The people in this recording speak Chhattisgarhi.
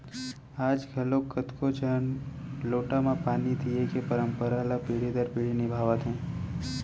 आज घलौक कतको झन लोटा म पानी दिये के परंपरा ल पीढ़ी दर पीढ़ी निभात हें